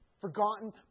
forgotten